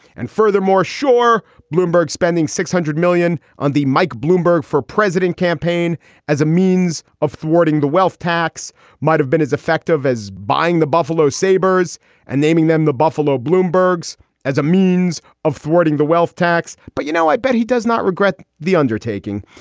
and furthermore, sure, bloomberg spending six hundred million on the mike bloomberg for president campaign as a means of thwarting the wealth tax might have been as effective as buying the buffalo sabres and naming them the buffalo bloomberg's as a means of thwarting the wealth tax. but you know, i bet he does not regret the undertaking.